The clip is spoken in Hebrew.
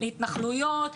להתנחלויות,